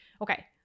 Okay